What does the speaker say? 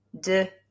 de